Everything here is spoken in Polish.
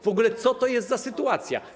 W ogóle co to jest za sytuacja?